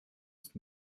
ist